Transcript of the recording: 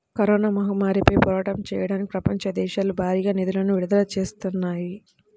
corona మహమ్మారిపై పోరాటం చెయ్యడానికి ప్రపంచ దేశాలు భారీగా నిధులను విడుదల చేత్తన్నాయి